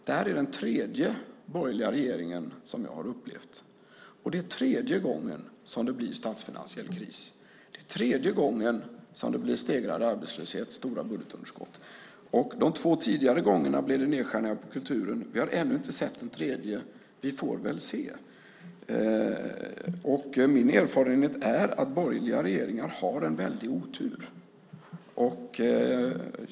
Det här är den tredje borgerliga regeringen som jag har upplevt, och det är tredje gången som det blir statsfinansiell kris och tredje gången som det blir stegrande arbetslöshet och stora budgetunderskott. Och de två tidigare gångerna blev det nedskärningar på kulturen. Vi har ännu inte sett den tredje. Vi får väl se. Min erfarenhet är att borgerliga regeringar har en väldig otur.